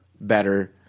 better